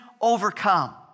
overcome